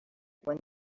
when